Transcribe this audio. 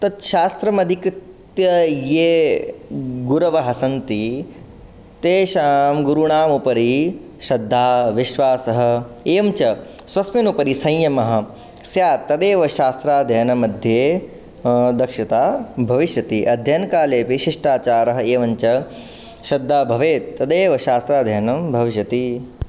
तत् शास्त्रम् अधिकृत्य ये गुरवः सन्ति तेषां गुरूणाम् उपरि श्रद्धा विश्वासः एवञ्च स्वस्मिन् उपरि संयमः स्यात् तदेव शास्त्राध्ययनं मध्ये दक्षता भविष्यति अध्ययनकाले विशिष्टाचारः एवञ्च श्रद्धा भवेत् तदेव शास्त्राध्ययनं भविष्यति